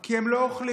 כי הם לא שומרים